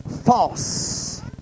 false